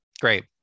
Great